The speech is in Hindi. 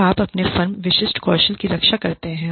तो आप अपने फर्म विशिष्ट कौशल की रक्षा करते हैं